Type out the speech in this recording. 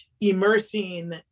immersing